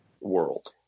world